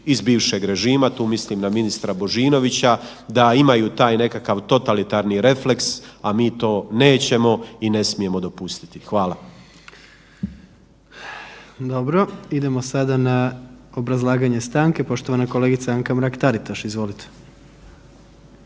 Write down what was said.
iz bivšeg režima, tu mislim na ministra Božinovića, da imaju taj nekakav totalitarni refleks, a mi to nećemo i ne smijemo dopustiti. Hvala. **Jandroković, Gordan (HDZ)** Dobro. Idemo sada na obrazlaganje stanke, poštovana kolegica Anka Mrak Taritaš. Izvolite.